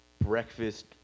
breakfast